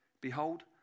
Behold